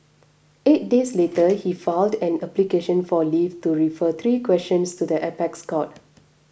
eight days later he filed an application for leave to refer three questions to the apex court